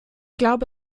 glaube